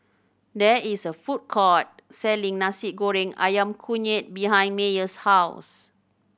there is a food court selling Nasi Goreng Ayam Kunyit behind Meyer's house